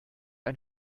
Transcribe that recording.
ein